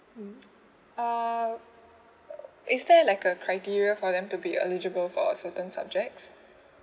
err is there like a criteria for them to be eligible for a certain subjects